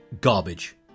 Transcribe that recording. Garbage